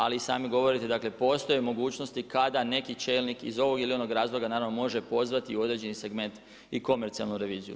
Ali sami govorite dakle, postoji mogućnosti kada neki čelnik iz ovog ili onog razloga naravno može pozvati u određeni segment i komercijalnu reviziju.